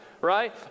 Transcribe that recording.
right